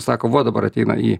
sako vo dabar ateina į